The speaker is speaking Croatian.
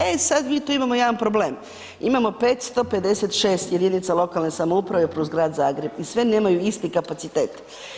E sad mi tu imamo jedan problem, imamo 556 jedinica lokalne samouprave plus grad Zagreb i sve nemaju isti kapacitet.